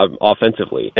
offensively